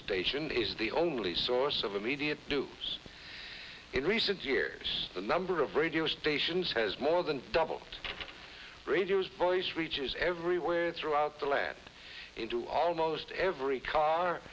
station is the only source of immediate in recent years the number of radio stations has more than double radio voice reaches everywhere throughout the land into almost every car